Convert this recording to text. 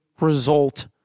result